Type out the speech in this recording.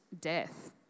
death